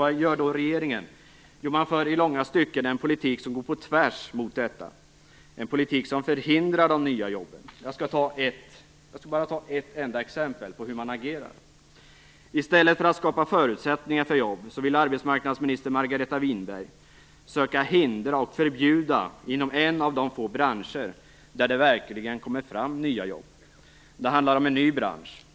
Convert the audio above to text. Vad gör då regeringen? Jo, man för i långa stycken en politik som går på tvärs mot detta, en politik som förhindrar de nya jobben. Jag skall ta ett enda exempel på hur man agerar. I stället för att skapa förutsättningar för jobb vill arbetsmarknadsminister Margareta Winberg söka hindra och förbjuda inom en av de få branscher där det verkligen kommer fram nya jobb. Det handlar om en ny bransch.